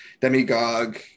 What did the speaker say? demagogue